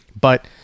But-